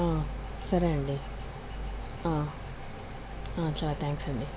సరే అండీ చాలా థ్యాంక్స్ అండీ